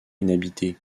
inhabitée